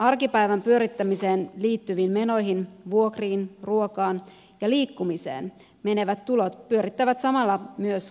arkipäivän pyörittämiseen liittyviin menoihin vuokriin ruokaan ja liikkumiseen menevät tulot pyörittävät samalla myös kansantaloutta